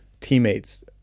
teammates